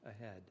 ahead